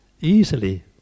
easily